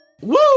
Woo